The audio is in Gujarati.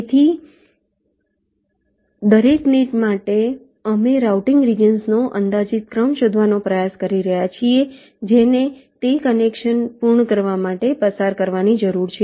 તેથી દરેક નેટ માટે અમે રાઉટીંગ રિજન્સનો અંદાજિત ક્રમ શોધવાનો પ્રયાસ કરી રહ્યા છીએ જેને તે કનેક્શન પૂર્ણ કરવા માટે પસાર કરવાની જરૂર છે